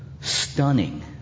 stunning